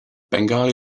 bengali